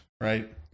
right